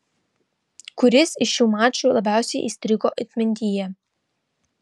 kuris iš šių mačų labiausiai įstrigo atmintyje